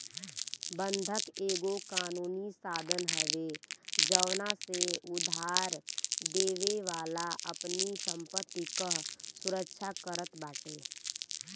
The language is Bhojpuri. बंधक एगो कानूनी साधन हवे जवना से उधारदेवे वाला अपनी संपत्ति कअ सुरक्षा करत बाटे